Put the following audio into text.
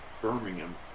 Birmingham